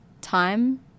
time